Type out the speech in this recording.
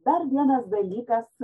dar vienas dalykas